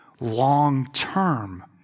long-term